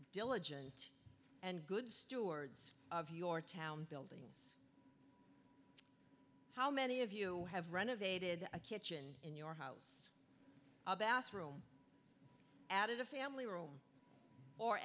diligent and good stewards of your town building how many of you have renovated a kitchen in your house a bathroom added a family room or